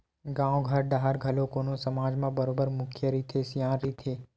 गाँव घर डाहर घलो कोनो समाज म बरोबर मुखिया रहिथे, सियान रहिथे